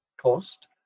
cost